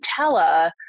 Nutella